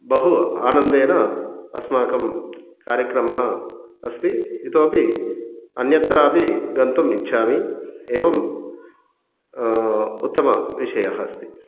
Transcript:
बहु आनन्देन अस्माकं कार्यक्रमः अस्ति इतोपि अन्यत्रापि गन्तुम् इच्छामि एवं उत्तमविषयः अस्ति